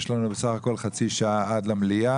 יש לנו בסך-הכול חצי שעה עד למליאה.